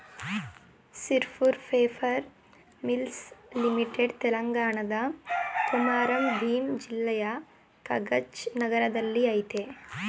Sirpur paper mills limited ತೆಲಂಗಾಣದ ಕೊಮಾರಂ ಭೀಮ್ ಜಿಲ್ಲೆಯ ಕಗಜ್ ನಗರದಲ್ಲಯ್ತೆ